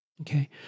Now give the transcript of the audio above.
Okay